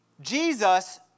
Jesus